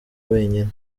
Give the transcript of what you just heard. wenyine